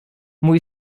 mój